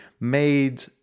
made